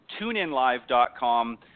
TuneInLive.com